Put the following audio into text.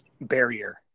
barrier